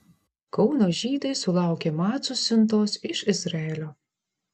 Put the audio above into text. kauno žydai sulaukė macų siuntos iš izraelio